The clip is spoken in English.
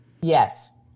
Yes